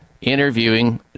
interviewing